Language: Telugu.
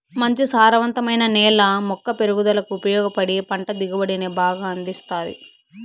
మంచి సారవంతమైన నేల మొక్క పెరుగుదలకు ఉపయోగపడి పంట దిగుబడిని బాగా అందిస్తాది